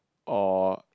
or